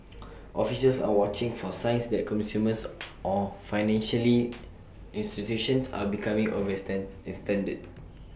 officials are watching for signs that or financially institutions are becoming extended